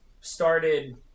started